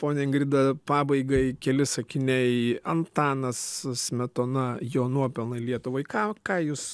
ponia ingrida pabaigai keli sakiniai antanas smetona jo nuopelnai lietuvai ką ką jūs